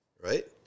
right